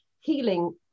healing